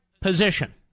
position